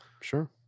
Sure